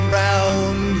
round